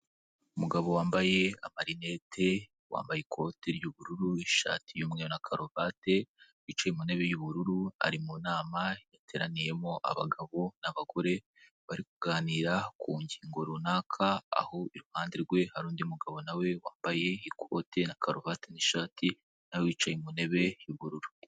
Umugabo wambaye amarinete wambaye ikote ry'ubururu ishati y'umweru na karuvati wicaye mu ntebe y'ubururu ari mu nama yateraniyemo abagabo n'abagore bari kuganira ku ngingo runaka, aho iruhande rwe hari undi mugabo nawe wambaye ikote na karuvati n'ishati nawe wicaye mu ntebe y'ubururu.